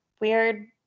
weird